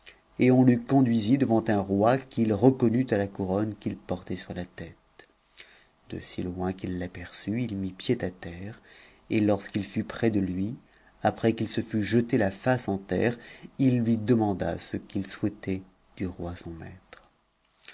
et on le conduisit devant un roi qu'il reconnut à la couronne qu'il portait sur la tête de si loin qu'il aperçut i mit pied à terre et lorsqu'il fut près de lui après qu'il se fut jeté la face en terre il lui demanda ce qu'il souhaitait du roi son maître